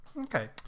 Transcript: Okay